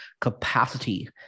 capacity